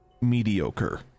mediocre